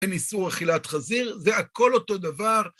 בין איסור אכילת חזיר, זה הכל אותו דבר.